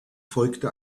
folgte